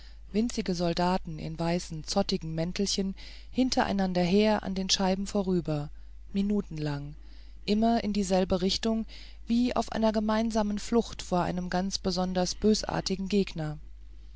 winzige soldaten in weißen zottigen mäntelchen hintereinander her an den scheiben vorüber minutenlang immer in derselben richtung wie auf gemeinsamer flucht vor einem ganz besonders bösartigen gegner